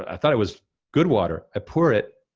ah thought it was good water. i pour it,